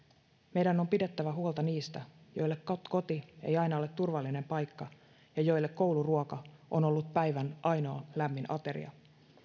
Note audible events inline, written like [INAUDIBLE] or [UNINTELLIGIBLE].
meidän on pidettävä huolta niistä joille koti ei aina ole turvallinen paikka [UNINTELLIGIBLE] ja joille kouluruoka on ollut päivän ainoa lämmin ateria